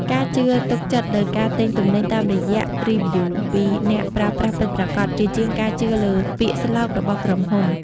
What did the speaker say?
ការជឿទុកចិត្តលើការទិញទំនិញតាមរយៈ " (Reviews)" ពីអ្នកប្រើប្រាស់ពិតប្រាកដ ជាជាងការជឿលើពាក្យស្លោករបស់ក្រុមហ៊ុន។